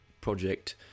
project